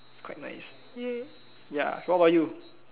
is quite nice ya ya so what about you